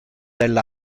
del